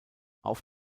auf